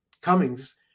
Cummings